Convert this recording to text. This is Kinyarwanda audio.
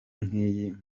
nk’iyi